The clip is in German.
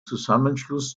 zusammenschluss